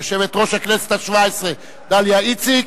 יושבת-ראש הכנסת השבע-עשרה דליה איציק,